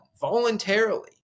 voluntarily